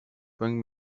bring